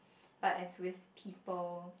but as with people